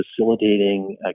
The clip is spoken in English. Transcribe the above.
facilitating